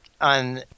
on